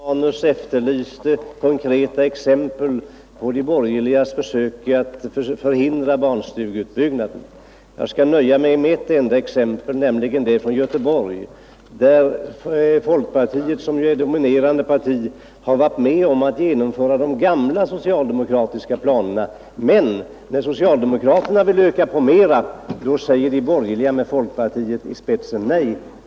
Herr talman! Herr Romanus efterlyste konkreta exempel på de borgerligas försök att förhindra barnstugeutbyggnaden. Jag skall nöja mig med ett enda exempel, nämligen det från Göteborg. Där har folkpartiet, som ju är dominerande parti, varit med om att genomföra de gamla socialdemokratiska planerna. Men när socialdemokraterna sedan vill öka på programmet, säger de borgerliga med folkpartiet i spetsen nej.